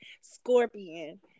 Scorpion